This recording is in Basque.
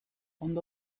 ondo